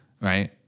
Right